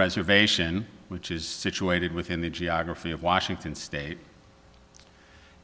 reservation which is situated within the geography of washington state